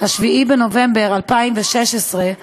7 בנובמבר 2016,